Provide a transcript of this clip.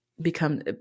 become